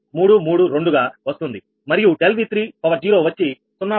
0132332 గా వస్తుంది మరియు ∆V30 వచ్చి 0